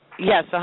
Yes